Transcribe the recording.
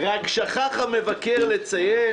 רק שכח המבקר לציין